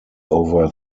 over